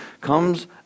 comes